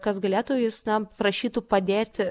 kas galėtų jis na prašytų padėti